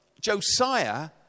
Josiah